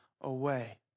away